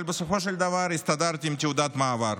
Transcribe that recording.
אבל בסופו של דבר הסתדרתי עם תעודת מעבר.